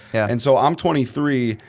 and so, i'm twenty three,